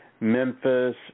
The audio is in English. Memphis